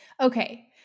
Okay